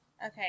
Okay